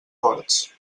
forts